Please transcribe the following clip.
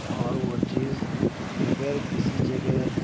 اور وہ چیز بغیر کسی جگہ